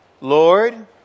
Lord